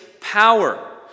power